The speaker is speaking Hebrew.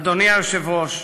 אדוני היושב-ראש,